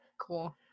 Cool